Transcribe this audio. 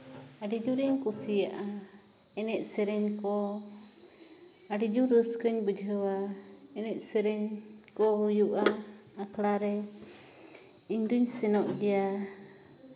ᱟᱹᱰᱤ ᱡᱳᱨᱤᱧ ᱠᱩᱥᱤᱭᱟᱜᱼᱟ ᱮᱱᱮᱡ ᱥᱮᱨᱮᱧ ᱠᱚ ᱟᱹᱰᱤ ᱡᱳᱨ ᱨᱟᱹᱥᱠᱟᱹᱧ ᱵᱩᱡᱷᱟᱹᱣᱟ ᱮᱱᱮᱡ ᱥᱮᱨᱮᱧ ᱠᱚ ᱦᱩᱭᱩᱜᱼᱟ ᱟᱠᱷᱲᱟ ᱨᱮ ᱤᱧ ᱫᱩᱧ ᱥᱮᱱᱚᱜ ᱜᱮᱭᱟ